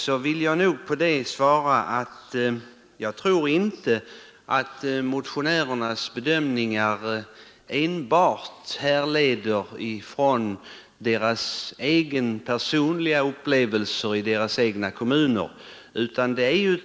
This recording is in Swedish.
På det vill jag svara, att jag inte tror att motionärernas bedömningar enbart grundar sig på deras egna personliga upplevelser i hemkommunerna.